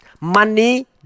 Money